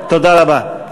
זה דבר מקובל,